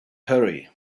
hurry